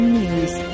News